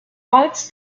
falls